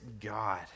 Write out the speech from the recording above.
God